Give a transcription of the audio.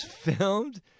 filmed